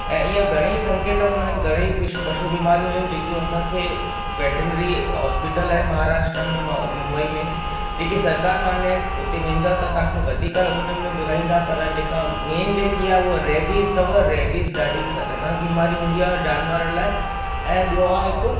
ऐं ईअं घणे ई सकेंत हूंदा आहिनि घणे ई पिशु पशु बीमारियूं आहिनि जेकियूं असांखे वेटनरी हॉस्पिटल आहिनि महाराष्ट्र में म मुंबई में जेके सरकारु मान्य आहिनि उते वेंदव त तव्हां वधीक उन्हनि में ॿुधाईंदा पर जेका मेन जेकी आहे उअ रेबीज अथव रेबीज ॾाढी ख़तरनाक बीमारी हूंदी आहे जानवर लाइ ऐं ॿियो आहे हिकु